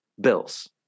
bills